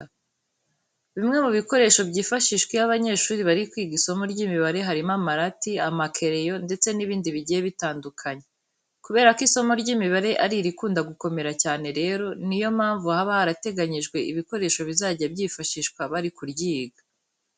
Bimwe mu bikoresho byifashishwa iyo abanyeshuri bari kwiga isomo ry'imibare harimo amarati, amakereyo ndetse n'ibindi bigiye bitandukanye. Kubera ko isomo ry'imibare ari irikunda gukomera cyane rero, ni yo mpamvu haba harateganyijwe ibikoresho bizajya byifashishwa bari kuryiga.